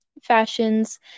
fashions